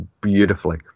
beautifully